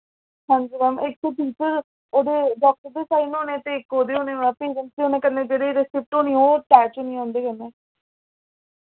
हांजी मैम इक ते सिंपल ओह्दे डाक्टर दे साइन होने ते इक ओह्दे होने पेरैंट्स दे होने कन्नै जेह्ड़े रसिप्ट होनी ओह् अटैच होनी उं'दे कन्नै